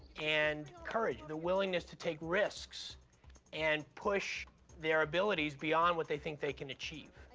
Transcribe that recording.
and courage the willingness to take risks and push their abilities beyond what they think they can achieve.